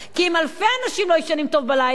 כי אם אלפי אנשים לא ישנים טוב בלילה,